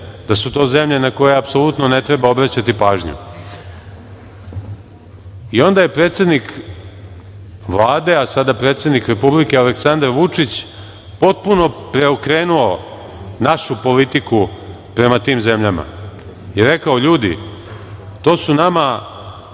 da su to zemlje na koje apsolutno ne treba obraćati pažnju i onda je predsednik Vlade, a sada predsednik Republike Aleksandar Vučić potpuno preokrenuo našu politiku prema tim zemljama i rekao – ljudi, to su nama